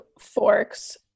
forks